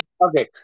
okay